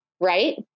right